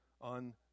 on